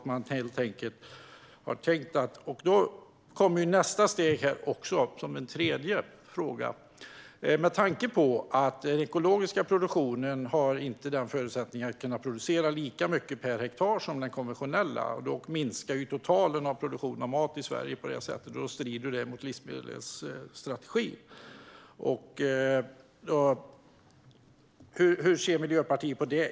Med tanke på att den ekologiska produktionen inte har förutsättningarna att producera lika mycket per hektar som den konventionella kommer den totala produktionen av mat i Sverige att minska. Och det strider mot livsmedelsstrategin. Hur ser Miljöpartiet på det?